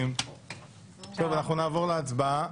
אנחנו נעבור להצבעה.